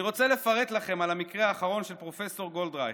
אני רוצה לפרט לכם על המקרה האחרון של פרופ' גולדרייך,